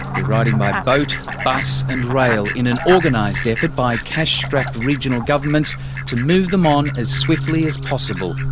they are arriving by boat, bus and rail in an organised effort by cash strapped regional governments to move them on as swiftly as possible.